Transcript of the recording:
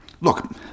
Look